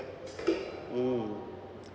mm